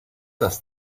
does